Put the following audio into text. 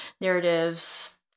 narratives